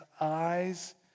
eyes